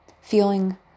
feeling